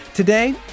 Today